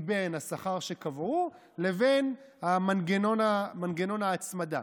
בין השכר שקבעו לבין מנגנון ההצמדה,